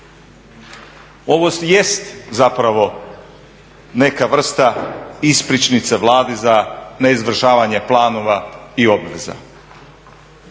Ovo jeste zapravo neka vrsta ispričnica Vlade za neizvršavanje planova i obveza.